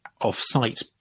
off-site